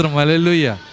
Hallelujah